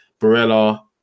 Barella